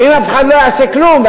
אם אף אחד לא יעשה כלום,